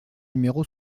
numéro